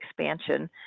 expansion